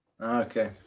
Okay